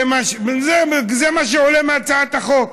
זה מה שעולה מהצעת החוק.